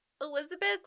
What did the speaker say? Elizabeth